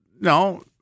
no